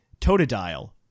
Totodile